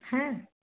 হ্যাঁ